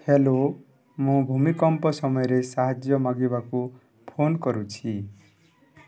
hello ମୁଁ ଭୂମିକମ୍ପ ସମୟରେ ସାହାଯ୍ୟ ମାଗିବାକୁ ଫୋନ୍ କରୁଛି